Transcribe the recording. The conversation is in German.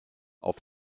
auf